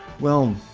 well,